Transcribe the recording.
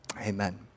Amen